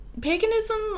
paganism